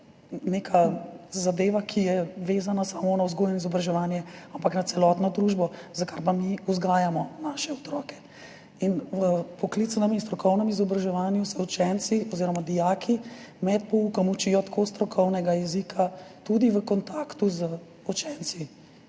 neka zadeva, ki je vezana samo na vzgojo in izobraževanje, ampak na celotno družbo, za kar pa mi vzgajamo naše otroke. V poklicnem in strokovnem izobraževanju se učenci oziroma dijaki med poukom učijo strokovnega jezika, tudi v kontaktu z učenci,